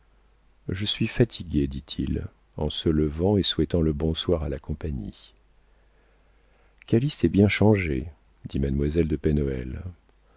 je suis fatigué dit-il en se levant et souhaitant le bonsoir à la compagnie calyste est bien changé dit mademoiselle de